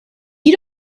you